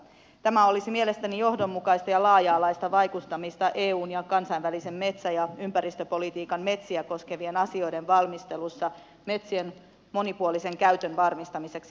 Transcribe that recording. tämä olisi mielestäni johdonmukaista ja laaja alaista vaikuttamista eun ja kansainvälisen metsä ja ympäristöpolitiikan metsiä koskevien asioiden valmistelussa metsien monipuolisen käytön varmistamiseksi